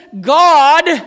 God